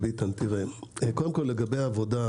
קודם כל לגבי העבודה,